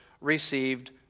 received